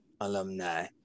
alumni